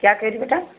क्या कह रहीं बेटा